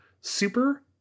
Super